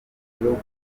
gihugu